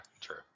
true